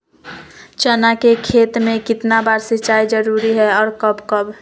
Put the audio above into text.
चना के खेत में कितना बार सिंचाई जरुरी है और कब कब?